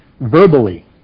verbally